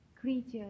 creatures